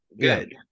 Good